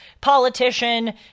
politician